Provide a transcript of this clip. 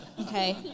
Okay